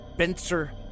Spencer